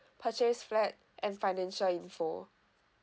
purchase flat and financial info